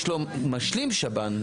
יש לו משלים שב"ן.